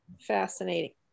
fascinating